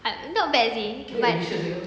but not but